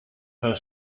her